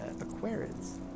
Aquarius